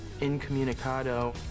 incommunicado